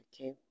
Okay